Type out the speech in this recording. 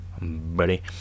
Buddy